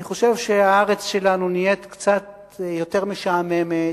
אני חושב שהארץ שלנו נהיית קצת יותר משעממת,